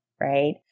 right